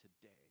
today